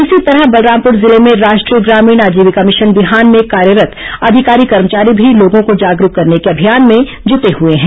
इसी तरह बलरामपुर जिले भें राष्ट्रीय ग्रामीण आजीविका भिशन बिहान में कार्यरत अधिकारी कर्मचारी भी लोगों को जागरूक करने के अभियान में जटे हए हैं